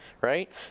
Right